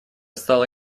стала